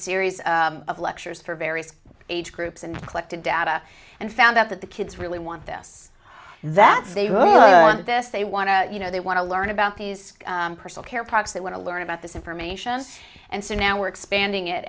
series of lectures for various age groups and collected data and found out that the kids really want this that's they were this they want to you know they want to learn about these personal care products they want to learn about this information and so now we're expanding it